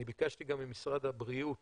אני ביקשתי גם ממשרד הבריאות